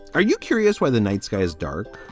are you curious why the night sky is dark?